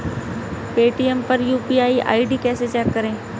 Paytm पर UPI ID कैसे check करें?